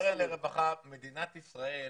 הקרן לרווחה, מדינת ישראל